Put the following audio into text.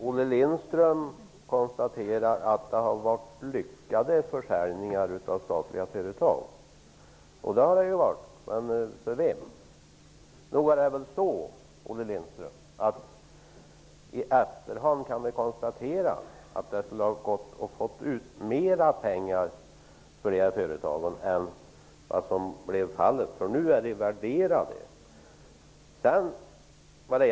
Herr talman! Olle Lindström sade att utförsäljningarna av statliga företag hade varit lyckade, och det har de ju varit. Men för vem? I efterhand kan man konstatera att det hade gått att få ut mer pengar för dessa företag än vad som blev fallet. Nu är företagen värderade.